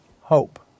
hope